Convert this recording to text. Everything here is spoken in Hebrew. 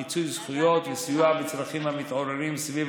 מיצוי זכויות וסיוע בצרכים המתעוררים סביב